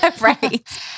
Right